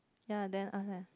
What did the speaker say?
ya then after that